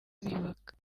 biyubaka